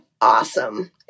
awesome